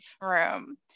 room